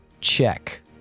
check